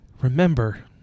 Remember